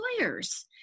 lawyers